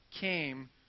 came